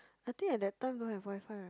I think at that time don't have WiFi right